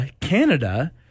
Canada